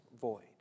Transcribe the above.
void